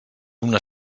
una